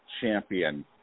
Champion